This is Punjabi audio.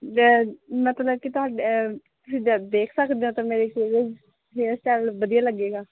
ਮਤਲਬ ਕਿ ਤੁਹਾਡੇ ਤੁਸੀਂ ਦ ਦੇਖ ਸਕਦੇ ਹੋ ਤਾਂ ਮੇਰੇ ਕਿਹੜੇ ਹੇਅਰ ਸਟਾਈਲ ਵਧੀਆ ਲੱਗੇਗਾ